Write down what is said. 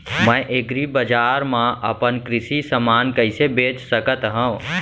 मैं एग्रीबजार मा अपन कृषि समान कइसे बेच सकत हव?